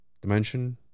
dimension